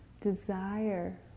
desire